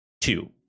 two